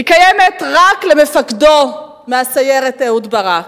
היא קיימת רק למפקדו מהסיירת, אהוד ברק.